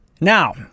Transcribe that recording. Now